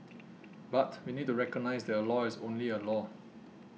but we need to recognise that a law is only a law